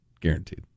Guaranteed